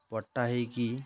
କଟା ହୋଇକି